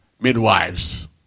midwives